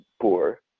poor